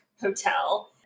Hotel